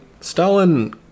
Stalin